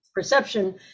perception